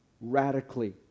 radically